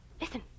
Listen